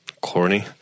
corny